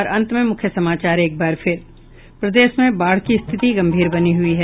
और अब अंत में मुख्य समाचार एक बार फिर प्रदेश में बाढ़ की स्थिति गंभीर बनी हुई है